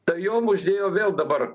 tai jom uždėjo vėl dabar